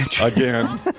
Again